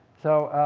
so,